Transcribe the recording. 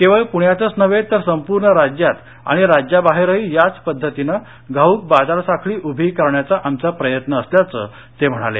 केवळ पुण्यातच नव्हे तर संपूर्ण राज्यात आणि राज्याबाहेरही याच पद्धतीनं घाऊक बाजार साखळी उभी करण्याचा आमचा प्रयत्न असल्याचं ते म्हणाले